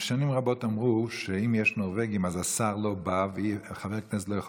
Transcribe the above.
שנים רבות אמרו שאם יש נורבגים אז השר לא בא וחבר כנסת לא יכול